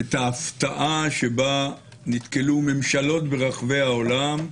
את ההפתעה שבה נתקלו ממשלות ברחבי העולם,